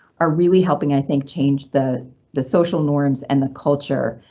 are really helping i think change the the social norms and the culture.